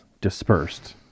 dispersed